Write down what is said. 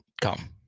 come